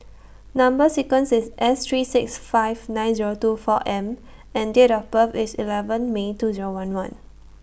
Number sequence IS S three six five nine Zero two four M and Date of birth IS eleven May two Zero one one